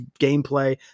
gameplay